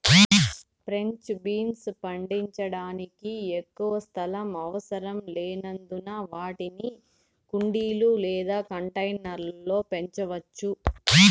French beans పండించడానికి ఎక్కువ స్థలం అవసరం లేనందున వాటిని కుండీలు లేదా కంటైనర్ల లో పెంచవచ్చు